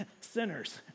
sinners